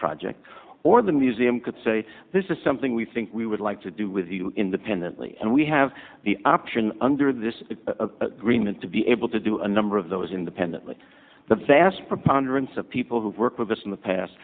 project or the museum could say this is something we think we would like to do with independently and we have the option under this agreement to be able to do a number of those independently the vast preponderance of people who work with us in the past